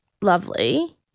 lovely